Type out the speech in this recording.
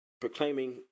proclaiming